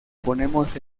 ponemos